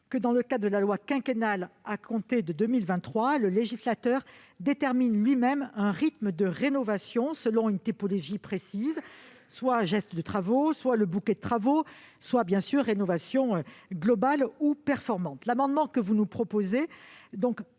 que, dans le cadre de la loi quinquennale, à compter de 2023, le législateur détermine lui-même un rythme de rénovation selon une typologie précise- gestes de travaux, bouquets de travaux, rénovations globales ou performantes. L'amendement proposé